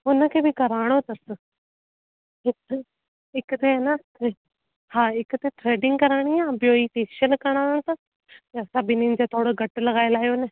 उन खे बि कराइणो अथसि हिकु हिकु त हे न हा हिकु त थ्रेडिंग कराइणी आहे ॿियो इहो फेशियल कराइणो अथसि असां ॿिन्हनि खे थोरो घटि लॻाए लाहियो न